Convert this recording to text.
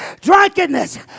drunkenness